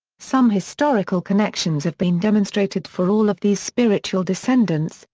some historical connections have been demonstrated for all of these spiritual descendants,